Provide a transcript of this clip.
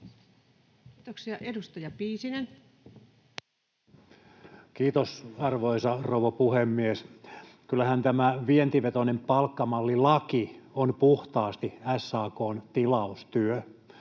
Time: 18:05 Content: Kiitos, arvoisa rouva puhemies! Kyllähän tämä vientivetoinen palkkamallilaki on puhtaasti SAK:n tilaustyö.